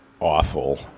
awful